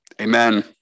Amen